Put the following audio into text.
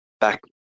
back